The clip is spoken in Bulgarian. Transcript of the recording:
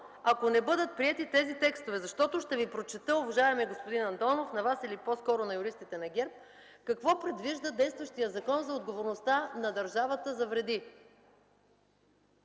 ако не бъдат приети тези тестове. Ще Ви прочета, уважаеми господин Андонов, на Вас или по-скоро на юристите на ГЕРБ, какво предвижда действащият Закон за отговорността на държавата за вреди.